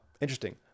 interesting